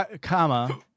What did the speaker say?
Comma